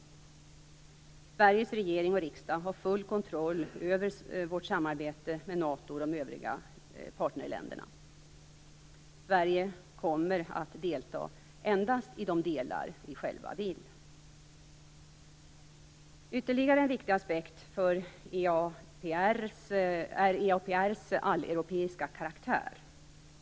Sveriges regering och riksdag har full kontroll över vårt samarbete med NATO och övriga partnerländer. Sverige kommer att delta endast i de delar vi själva vill delta i. Ytterligare en viktig aspekt är EAPR:s alleuropeiska karaktär.